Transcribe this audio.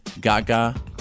Gaga